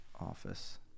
office